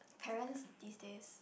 parents these days